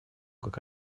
как